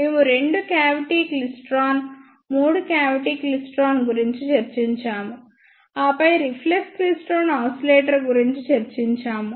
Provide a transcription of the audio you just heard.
మేము రెండు cavity klystron మూడు క్యావిటీ క్లైస్ట్రాన్ గురించి చర్చించాము ఆపై రిఫ్లెక్స్ క్లైస్ట్రాన్ ఆసిలేటర్ గురించి చర్చించాము